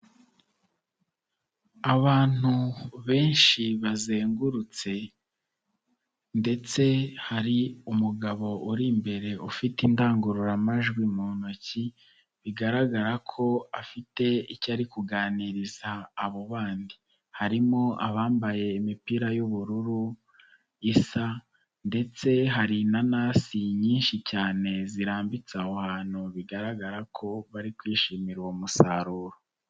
Abantu benshi bazengurutse ndetse hari umugabo uri imbere ufite indangururamajwi mu ntoki, bigaragara ko afite icyari kuganiriza abo bandi. Harimo abambaye imipira y'ubururu isa ndetse hari inanasi nyinshi cyane zirambitse aho hantu bigaragara ko bari kwishimira uwo musaruro.